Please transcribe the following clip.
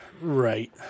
Right